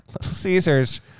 Caesars